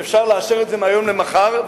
ואפשר לאשר את זה מהיום למחר.